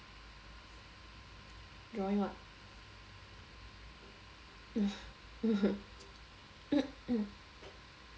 drawing what